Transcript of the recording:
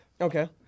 okay